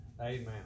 Amen